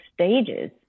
stages